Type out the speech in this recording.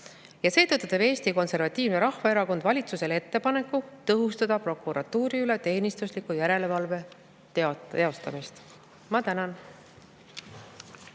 Seetõttu teeb Eesti Konservatiivne Rahvaerakond valitsusele ettepaneku tõhustada prokuratuuri üle teenistusliku järelevalve teostamist. Ma tänan!